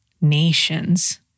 nations